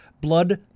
Blood